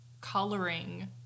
coloring